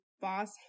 boss